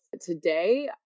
Today